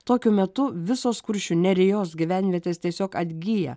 tokiu metu visos kuršių nerijos gyvenvietės tiesiog atgyja